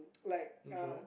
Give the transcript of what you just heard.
like uh